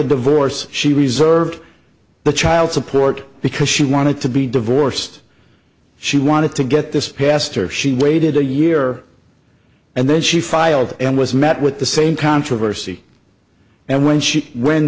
the divorce she reserved the child support because she wanted to be divorced she wanted to get this pastor she waited a year and then she filed and was met with the same controversy and when she when